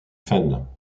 fans